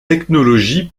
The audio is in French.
technologies